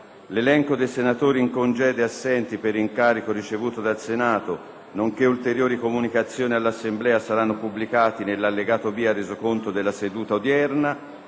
L'elenco dei senatori in congedo e assenti per incarico ricevuto dal Senato, nonché ulteriori comunicazioni all'Assemblea saranno pubblicati nell'allegato B al Resoconto della seduta odierna.